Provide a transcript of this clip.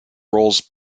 roles